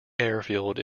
airfield